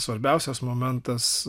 svarbiausias momentas